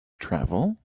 travel